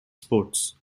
sports